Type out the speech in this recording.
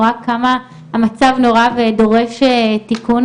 אני רואה כמה המצב נורא ודורש תיקון,